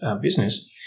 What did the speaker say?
business